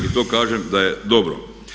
To kažem da je dobro.